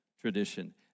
tradition